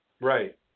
Right